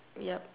yup